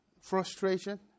frustration